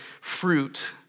fruit